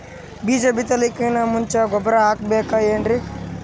ಬೀಜ ಬಿತಲಾಕಿನ್ ಮುಂಚ ಗೊಬ್ಬರ ಹಾಕಬೇಕ್ ಏನ್ರೀ?